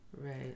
Right